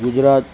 Gujarat